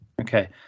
Okay